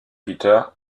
peter